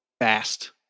fast